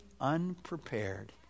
unprepared